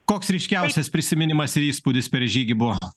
koks ryškiausias prisiminimas ir įspūdis per žygį buvo